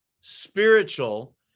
spiritual